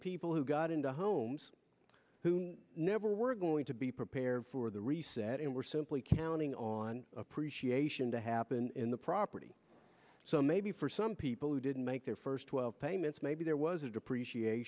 people who got into homes who never were going to be prepared for the reset and were simply counting on appreciation to happen in the property so maybe for some people who didn't make their fur twelve payments maybe there was a depreciat